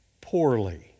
poorly